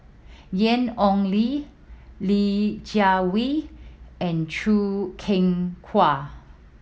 Ian Ong Li Li Jiawei and Choo Keng Kwang